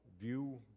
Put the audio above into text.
view